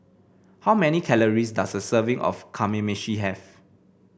how many calories does a serving of Kamameshi have